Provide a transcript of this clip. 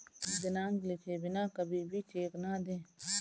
दिनांक लिखे बिना कभी भी चेक न दें